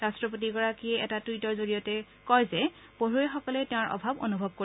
ৰাট্টপতিগৰাকীয়ে এটা টুইটৰ জৰিয়তে কয় যে পঢ়ুৱৈ সকলে তেওঁৰ অভাৱ অনুভৱ কৰিব